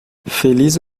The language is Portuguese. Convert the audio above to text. feliz